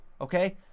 Okay